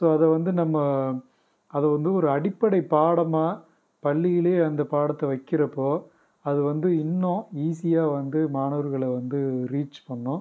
so அதை வந்து நம்ம அதை வந்து ஒரு அடிப்படை பாடமாக பள்ளியிலே அந்த பாடத்தை வைக்கிறப்போ அது வந்து இன்னும் ஈஸியாக வந்து மாணவர்களை வந்து ரீச் பண்ணும்